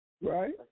right